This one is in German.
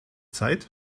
zeit